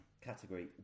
category